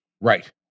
Right